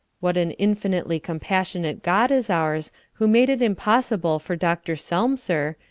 what an infinitely compassionate god is ours who made it impossible for dr. selmser,